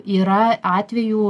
yra atvejų